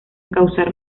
causar